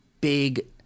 big